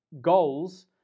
goals